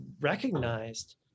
recognized